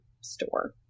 store